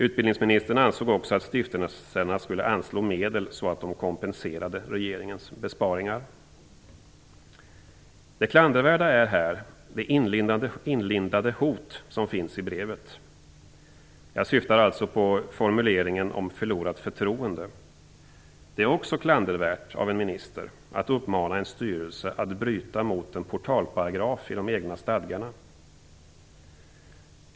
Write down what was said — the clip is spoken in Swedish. Utbildningsministern ansåg också att stiftelserna skulle anslå medel som kompenserade regeringens besparingar. Det klandervärda här är det inlindande hot som finns i brevet. Jag syftar alltså på formuleringen om förlorat förtroende. Det är också klandervärt av en minister att uppmana en styrelse att bryta mot en portalparagraf i de egna stadgarna.